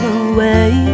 away